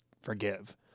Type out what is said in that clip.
forgive